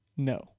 No